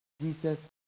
Jesus